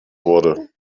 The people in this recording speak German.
wurde